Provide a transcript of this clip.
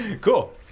Cool